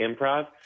improv